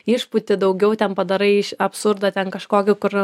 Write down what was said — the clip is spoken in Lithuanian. išpūti daugiau ten padarai iš absurdo ten kažkokiu kur